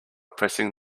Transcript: pressing